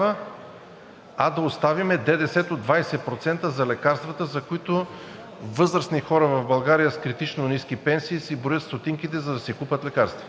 а да оставим ДДС-то на 20% за лекарствата, за които възрастните хора в България с критично ниски пенсии си броят стотинките, за да си купят лекарства.